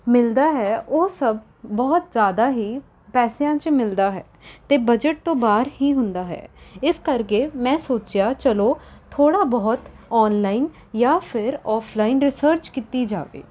ਮਿਲਦਾ ਹੈ ਉਹ ਸਭ ਬਹੁਤ ਜ਼ਿਆਦਾ ਹੀ ਪੈਸਿਆਂ 'ਚ ਮਿਲਦਾ ਹੈ ਅਤੇ ਬਜਟ ਤੋਂ ਬਾਹਰ ਹੀ ਹੁੰਦਾ ਹੈ ਇਸ ਕਰਕੇ ਮੈਂ ਸੋਚਿਆ ਚਲੋ ਥੋੜ੍ਹਾ ਬਹੁਤ ਔਨਲਾਈਨ ਜਾਂ ਫੇਰ ਔਫਲਾਈਨ ਰਿਸਰਚ ਕੀਤੀ ਜਾਵੇ